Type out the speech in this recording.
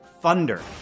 thunder